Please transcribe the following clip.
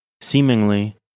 Seemingly